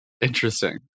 Interesting